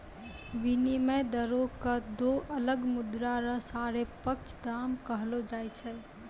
विनिमय दरो क दो अलग मुद्रा र सापेक्ष दाम कहलो जाय छै